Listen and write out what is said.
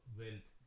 wealth